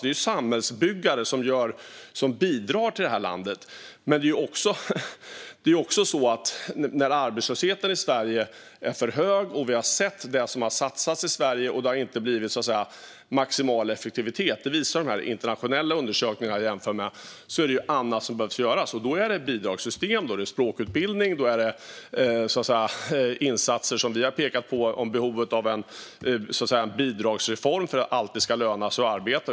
Det är samhällsbyggare som bidrar till det här landet. Men när arbetslösheten i Sverige är för hög, och vi har sett att det som har satsats i Sverige inte har gett maximal effektivitet - det kan man se i internationella jämförelser - behöver vi göra annat. Då handlar det om bidragssystem, språkutbildning och annat. Vi har pekat på behovet av en bidragsreform för att det alltid ska löna sig att arbeta.